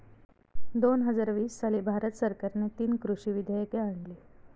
दोन हजार वीस साली भारत सरकारने तीन कृषी विधेयके आणली